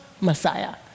Messiah